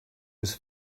was